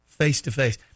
face-to-face